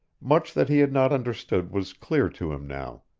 much that he had not understood was clear to him now.